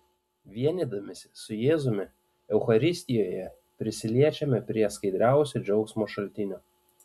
vienydamiesi su jėzumi eucharistijoje prisiliečiame prie skaidriausio džiaugsmo šaltinio